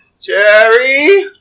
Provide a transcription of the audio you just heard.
Jerry